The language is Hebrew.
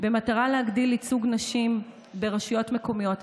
במטרה להגדיל ייצוג נשים ברשויות מקומיות.